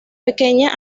pequeña